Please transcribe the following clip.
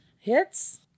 Hits